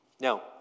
now